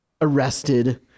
arrested